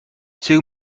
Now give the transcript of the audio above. two